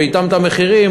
ואתם את המחירים,